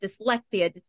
dyslexia